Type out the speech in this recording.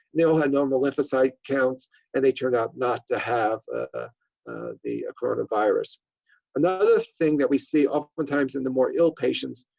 they all had normal lymphocyte counts and they turned out not to have ah the coronavirus. another thing that we see oftentimes in the more ill patients,